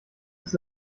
ist